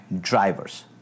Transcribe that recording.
drivers